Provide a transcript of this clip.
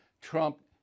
Trump